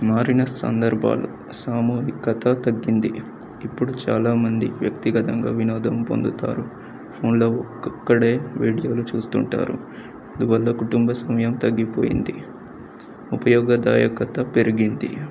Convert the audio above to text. మారిన సందర్భాలు సామూహికత తగ్గింది ఇప్పుడు చాలామంది వ్యక్తిగతంగా వినోదం పొందుతారు ఫోన్లో ఒక్కడే వీడియోలు చూస్తుంటారు అందువల్ల కుటుంబ సమయం తగ్గిపోయింది ఉపయోగదాయకత పెరిగింది